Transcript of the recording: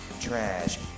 trash